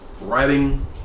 Writing